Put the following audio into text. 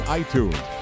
iTunes